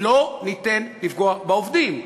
לא ניתן לפגוע בעובדים.